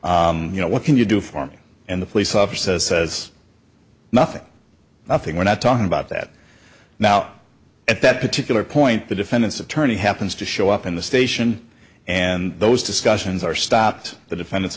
you know what can you do for me and the police officer says nothing nothing we're not talking about that now at that particular point the defendant's attorney happens to show up in the station and those discussions are stopped the defen